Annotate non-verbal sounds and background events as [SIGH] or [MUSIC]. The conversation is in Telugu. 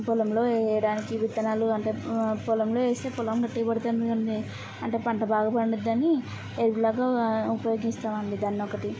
పొలంలో యేయడానికి విత్తనాలు అంటే పొలంలో వేస్తే పొలం గట్టి [UNINTELLIGIBLE] అంటే పంట బాగా పండుద్దని ఎరువులాగా ఉపయోగిస్తామండి దాన్నొకటి